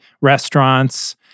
restaurants